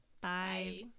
Bye